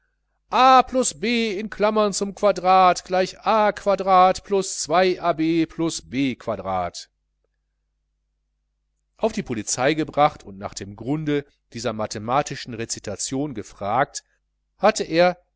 quadrat ab b auf die polizei gebracht und nach dem grunde dieser mathematischen rezitation gefragt hatte er